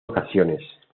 ocasiones